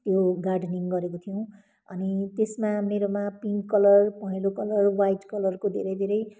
त्यो गार्डेनिङ गरेको थियौँ अनि त्यसमा मेरोमा पिङ्क कलर पहेँलो कलर ह्वाइट कलरको धेरै धेरै